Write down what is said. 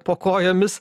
po kojomis